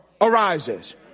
arises